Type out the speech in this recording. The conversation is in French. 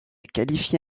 qualifié